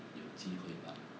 有机会吧